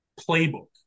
playbook